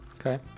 Okay